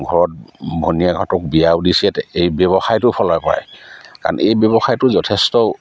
ঘৰত ভনীয়েকহঁতক বিয়াও দিছে এই ব্যৱসায়টো ফালৰপৰাই কাৰণ এই ব্যৱসায়টো যথেষ্ট